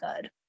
good